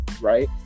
right